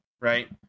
right